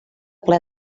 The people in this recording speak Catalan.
ple